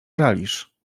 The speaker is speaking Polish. żalisz